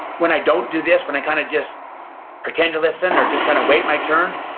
when i don't do this, when i kind of just pretend to listen, or just kind of wait my turn,